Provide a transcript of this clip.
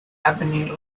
avenue